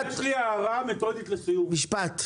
משפט לסיום.